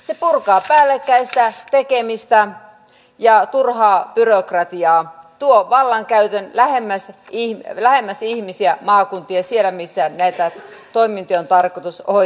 se purkaa päällekkäistä tekemistä ja turhaa byrokratiaa tuo vallankäytön lähemmäksi ihmisiä maakuntia sinne missä näitä toimintoja on tarkoitus hoitaakin